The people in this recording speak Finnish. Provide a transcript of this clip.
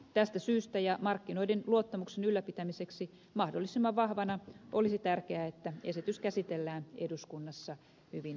tästä syystä ja markkinoiden luottamuksen ylläpitämiseksi mahdollisimman vahvana olisi tärkeää että esitys käsitellään eduskunnassa hyvin nopeasti